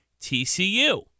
TCU